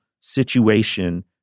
situation